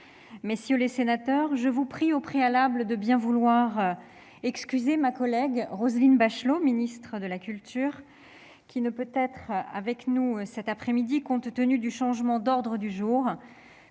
messieurs les sénateurs, je vous prie, au préalable, de bien vouloir excuser ma collègue Roselyne Bachelot, ministre de la culture, qui ne peut être avec nous cette après-midi compte tenu du changement d'ordre du jour,